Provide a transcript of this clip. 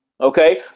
Okay